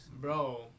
Bro